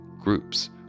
Groups